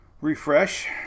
Refresh